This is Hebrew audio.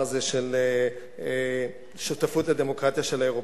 הזה של שותפות לדמוקרטיה של האירופים.